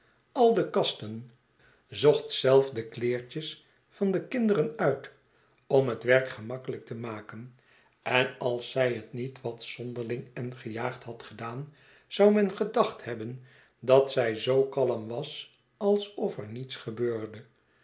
al de kasten zocht zelf de kleertjes van de kinderen uit om het werk geinakkelyk temaken en als zij het niet wat zonderling en gejaagd had gedaan zou men gedacht hebben dat zij zoo kalm was alsof er niets gebeurde